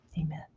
Amen